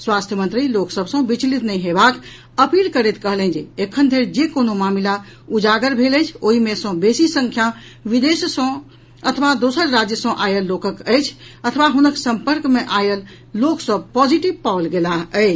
स्वास्थ्य मंत्री लोक सभ सॅ विचलित नहि हेबाक अपील करैत कहलनि जे एखनधरि जे कोनो मामिला उजागर भेल अछि ओहि मे सॅ बेसी संख्या विदेश अथवा दोसर राज्य सॅ आयल लोकक अछि अथवा हुनक संपर्क मे आयल लोक पॉजिटिव पाओल गेलाह अछि